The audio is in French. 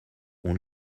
ont